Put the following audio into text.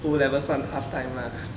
O levels 算 tough time mah